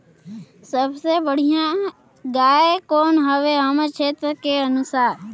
सबले बढ़िया गाय कौन हवे हमर क्षेत्र के अनुसार?